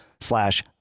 slash